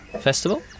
festival